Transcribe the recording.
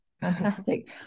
fantastic